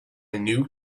new